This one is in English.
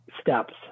steps